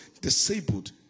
disabled